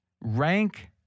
Rank